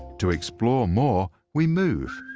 to explore more, we move,